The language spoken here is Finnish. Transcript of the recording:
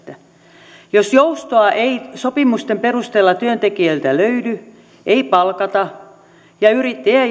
työsopimuslain lisäyksestä jos joustoa ei sopimusten perusteella työntekijöiltä löydy ei palkata ja